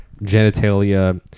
genitalia